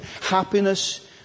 happiness